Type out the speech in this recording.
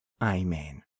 Amen